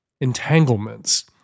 entanglements